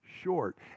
short